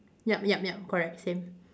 yup yup yup correct same